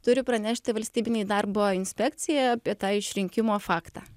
turi pranešti valstybinei darbo inspekcijai apie tą išrinkimo faktą